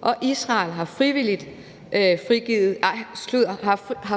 og Israel har